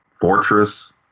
fortress